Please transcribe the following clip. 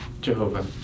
Jehovah